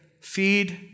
feed